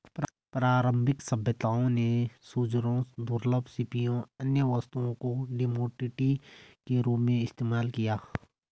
प्रारंभिक सभ्यताओं ने सूअरों, दुर्लभ सीपियों, अन्य वस्तुओं को कमोडिटी के रूप में इस्तेमाल किया